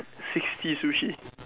sixty sushi